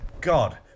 God